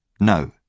No